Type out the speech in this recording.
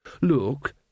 Look